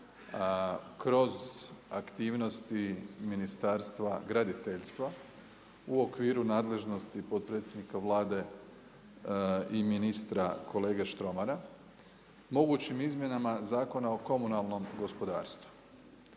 kroz aktivnosti ministarstva graditeljstva u okviru nadležnosti potpredsjednika Vlade i ministra kolege Štromara. Mogućim izmjenama Zakona o komunalnom gospodarstvu,